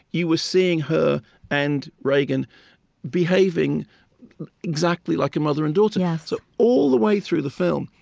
you were seeing her and regan behaving exactly like a mother and daughter. yeah so all the way through the film,